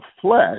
flesh